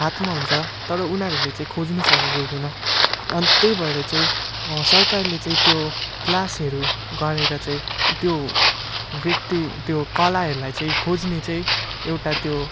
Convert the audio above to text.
हातमा हुन्छ तब उनीहरूले चाहिँ खोज्नु सकेको हुँदैन अन्त त्यही भएर चाहिँ सरकारले चाहिँ त्यो क्लासहरू गरेर चाहिँ ऊ त्यो व्यक्ति त्यो कलाहरूलाई चाहिँ खोज्ने चाहिँ एउटा त्यो